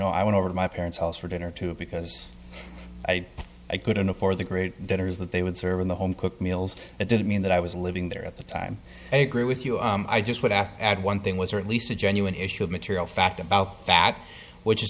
know i went over to my parents house for dinner too because i couldn't afford the great dinners that they would serve in the home cooked meals that didn't mean that i was living there at the time i agree with you i just would have add one thing was or at least a genuine issue of material fact about that which is